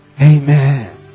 Amen